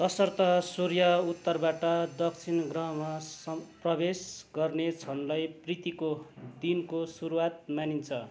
तसर्थ सूर्य उत्तरबाट दक्षिण ग्रहमा सम् प्रवेश गर्ने क्षणलाई प्रीतिको दिनको सुरुवात मानिन्छ